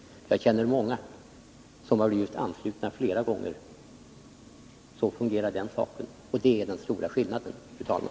Jag känner många som blivit anslutna flera gånger. Det är den stora skillnaden, fru talman!